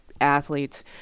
athletes